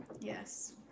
Yes